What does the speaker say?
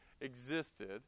existed